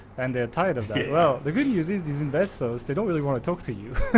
and they're tired of it. well, the good news these these investors, they don't really want to talk to you.